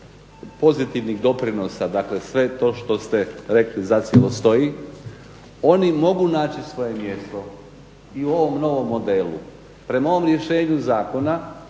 pozitivnih doprinosa, dakle sve to što ste rekli zacijelo stoji. Oni mogu naći svoje mjesto i u ovom novom modelu. Prema ovom rješenju zakona